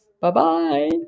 Bye-bye